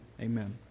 amen